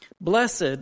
Blessed